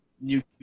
new